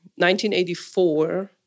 1984